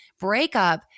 breakup